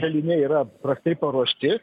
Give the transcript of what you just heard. kaliniai yra prastai paruošti